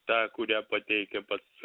tą kurią pateikia pats